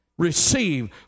receive